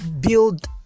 build